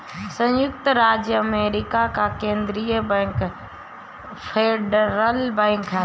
सयुक्त राज्य अमेरिका का केन्द्रीय बैंक फेडरल बैंक है